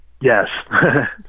Yes